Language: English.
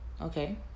Okay